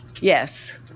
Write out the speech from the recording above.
Yes